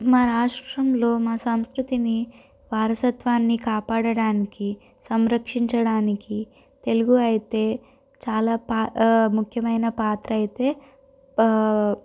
మా రాష్ట్రంలో మా సంస్కృతిని వారసత్వాన్ని కాపాడడానికి సంరక్షించడానికి తెలుగు అయితే చాలా పా ముఖ్యమైన పాత్రలు అయితే